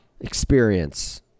experience